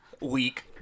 week